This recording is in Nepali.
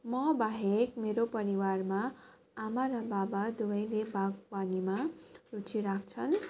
म बाहेक मेरो परिवारमा आमा र बाबा दुवैले बागवानीमा रुचि राख्छन्